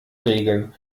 regeln